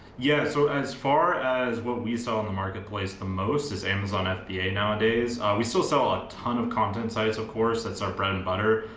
yeah, so as far as what we sell on the marketplace the most is amazon fba nowadays. we still sell a ton of content sites of course, that's our bread and butter.